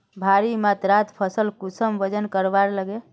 भारी मात्रा फसल कुंसम वजन करवार लगे?